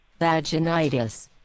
vaginitis